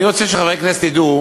אני רוצה שחברי הכנסת ידעו